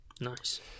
Nice